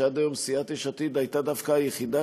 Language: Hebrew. שעד היום סיעת יש עתיד הייתה דווקא היחידה